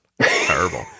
terrible